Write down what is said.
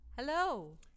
Hello